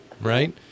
Right